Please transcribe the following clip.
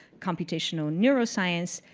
computational neuroscience,